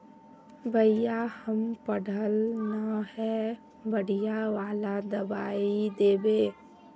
भैया हम पढ़ल न है बढ़िया वाला दबाइ देबे?